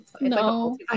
No